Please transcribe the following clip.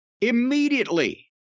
Immediately